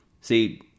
See